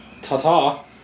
Ta-ta